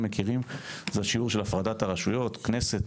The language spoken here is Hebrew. מכירים זה השיעור של הפרדת הרשויות: כנסת,